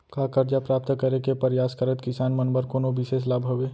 का करजा प्राप्त करे के परयास करत किसान मन बर कोनो बिशेष लाभ हवे?